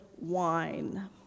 wine